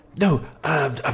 no